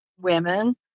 women